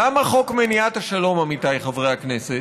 למה חוק מניעת השלום, עמיתיי חברי הכנסת?